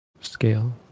scale